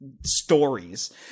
stories